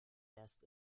erst